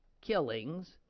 killings